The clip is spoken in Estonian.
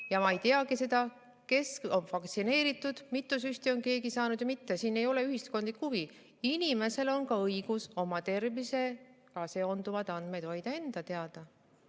ja ma ei teagi seda –, kes on vaktsineeritud, mitu süsti on keegi saanud või mitte. Siin ei ole ühiskondlikku huvi. Inimesel on õigus oma tervisega seonduvad andmed hoida enda teada.